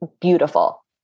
beautiful